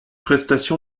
prestation